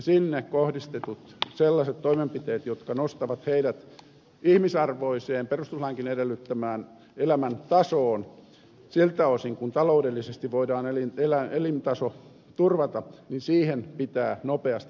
sinne kohdistettuihin sellaisiin toimenpiteisiin jotka nostavat heidät ihmisarvoiseen perustuslainkin edellyttämään elämäntasoon siltä osin kuin taloudellisesti voidaan elintaso turvata pitää nopeasti panostaa